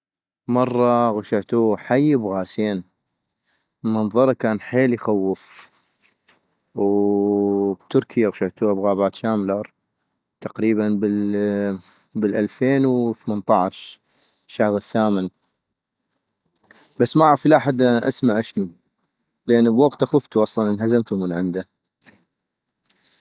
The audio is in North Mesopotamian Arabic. مرة غشعتو حي بغاسين! منظرا كان حيل يخوف - وبتركيا اغشعتوها بغابات شاملر ، تقريبا بالالفين وثمنطعش شهغ الثامن - بس معغف لي حد الآن اسما اشنو ، لان بوقتا خفتو اصلا انهزمتو من عندا